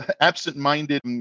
absent-minded